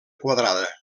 quadrada